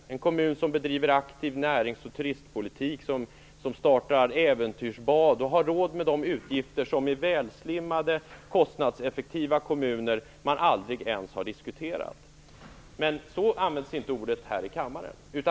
Det är en kommun som bedriver aktiv närings och turistpolitik, som startar äventyrsbad och har råd med de utgifter som man i välslimmade kostnadseffektiva kommuner aldrig ens har diskuterat. Men så används inte ordet här i kammaren.